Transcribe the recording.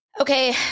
Okay